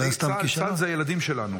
צה"ל זה הילדים שלנו.